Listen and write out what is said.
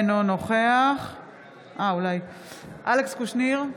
אינו נוכח אלכס קושניר,